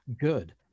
good